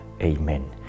amen